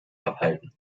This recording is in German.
abhalten